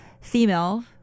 female